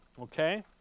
okay